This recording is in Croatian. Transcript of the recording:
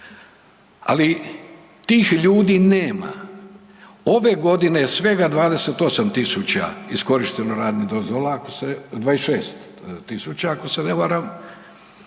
Ali tih ljudi nema. Ove godine je svega 28.000 iskorišteno radnih dozvola 26.000 ako se ne varam